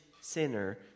sinner